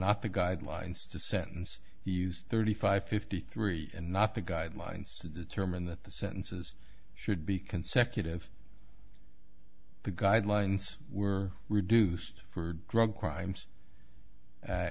not the guidelines to sentence he used thirty five fifty three and not the guidelines to determine that the sentences should be consecutive the guidelines were reduced for drug crimes